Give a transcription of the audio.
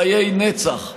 חיי נצח,